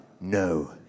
no